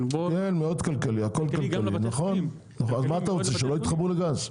הכול כלכלי אבל מה אתה רוצה, שלא יתחברו לגז?